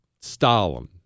Stalin